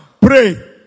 pray